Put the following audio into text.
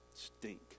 stink